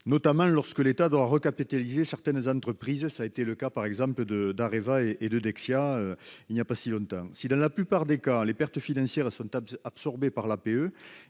notamment lorsque l'État doit recapitaliser certaines entreprises- tel fut le cas d'Areva et de Dexia, il n'y a pas si longtemps. Dans la plupart des cas, les pertes financières sont absorbées par l'APE,